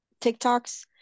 TikToks